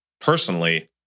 personally